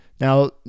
Now